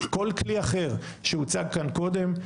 כל כלי אחר שהוצג כאן קודם,